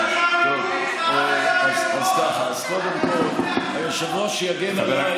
אז קודם כול, היושב-ראש יגן עליי.